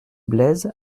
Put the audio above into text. blaise